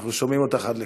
אנחנו שומעים אותך עד כאן.